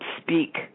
speak